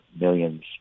millions